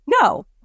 No